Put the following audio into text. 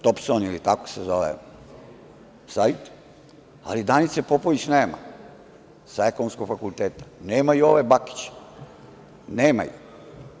Topson“, tako se zove sajte, ali Danice Popović nema sa ekonomskog fakulteta, nema Jove Bakića, nema ih.